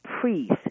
priest